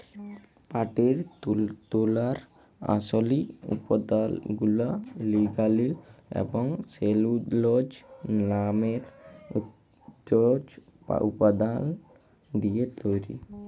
পাটের তল্তুর আসলি উৎপাদলগুলা লিগালিল এবং সেলুলজ লামের উদ্ভিজ্জ উপাদাল দিঁয়ে তৈরি